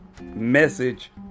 message